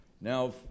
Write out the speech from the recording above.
Now